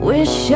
Wish